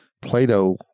Plato